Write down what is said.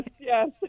yes